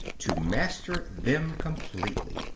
to master them completely.